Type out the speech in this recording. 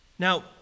Now